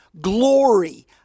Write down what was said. glory